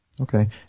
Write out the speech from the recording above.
Okay